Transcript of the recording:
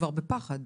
כבר בפחד?